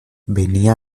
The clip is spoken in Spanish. venía